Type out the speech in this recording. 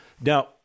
Now